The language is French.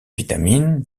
vitamines